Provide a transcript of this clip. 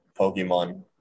pokemon